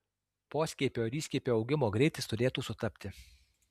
poskiepio ir įskiepio augimo greitis turėtų sutapti